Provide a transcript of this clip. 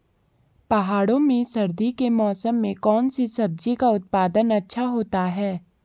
पहाड़ों में सर्दी के मौसम में कौन सी सब्जी का उत्पादन अच्छा होता है?